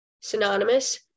synonymous